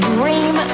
Dream